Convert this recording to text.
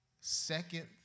second